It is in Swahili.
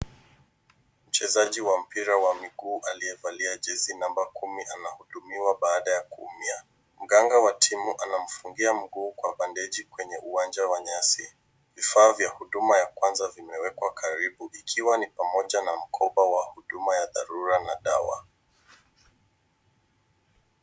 Mchezaji wa mpira wa mguu aliyevalia jezi namba 10 anahudumiwa baada ya kuumia. Mganga wa timu anamfungia mguu kwa bandeji kwenye uwanja wa nyasi. Vifaa vya huduma ya kwanza vimewekwa karibu ikiwa ni pamoja na mkoba wa huduma ya dharura na dawa.